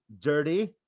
dirty